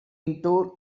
into